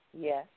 Yes